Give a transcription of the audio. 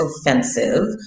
offensive